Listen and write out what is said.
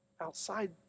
outside